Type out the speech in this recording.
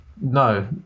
no